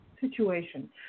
situation